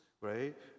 right